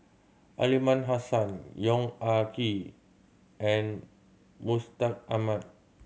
Aliman Hassan Yong Ah Kee and Mustaq Ahmad